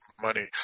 money